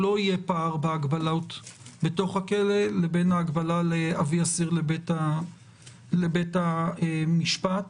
לא יהיה פער בהגבלות בתוך הכלא לבין ההגבלה להביא אסיר לבית המשפט.